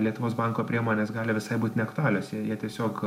lietuvos banko priemonės gali visai būt neaktualios jei jie tiesiog